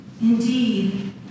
Indeed